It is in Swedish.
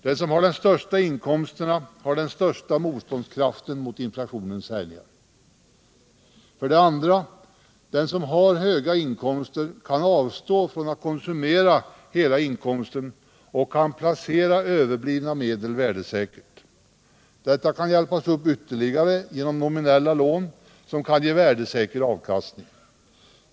Den som har de största inkomsterna har den största motståndskraften mot inflationens härjningar. 2. Den som har höga inkomster kan avstå från att konsumera hela inkomsten och kan placera överblivna medel värdesäkert. Detta kan hjälpas upp ytterligare genom nominella lån som kan ge värdesäker avkastning.